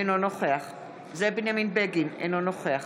אינו נוכח זאב בנימין בגין, אינו נוכח